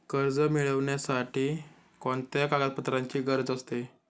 कर्ज मिळविण्यासाठी कोणत्या कागदपत्रांची गरज असते?